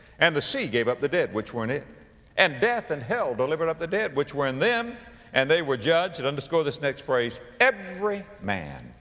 and the sea gave up the dead which were in it and death and hell delivered up the dead which were in them and they were judged, and underscore this next phrase, every man,